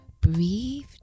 Breathe